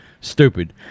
Stupid